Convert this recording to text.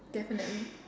definitely